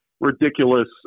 Ridiculous